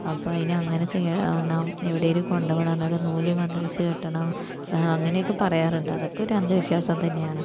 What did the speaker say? അപ്പം അതിന് അങ്ങനെ ചെയ്യണം എവിടേലും കൊണ്ടുപോണം എന്നിട്ട് നൂല് മന്ത്രിച്ച് കെട്ടണം അങ്ങനെയൊക്കെ പറയാറുണ്ട് അതൊക്കെ ഒരു അന്ധവിശ്വാസം തന്നെയാണ്